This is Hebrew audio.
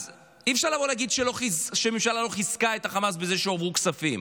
אז אי-אפשר לבוא ולהגיד שהממשלה לא חיזקה את חמאס בזה שהועברו כספים.